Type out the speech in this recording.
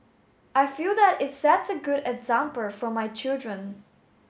I feel that it sets a good example for my children